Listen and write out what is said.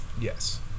Yes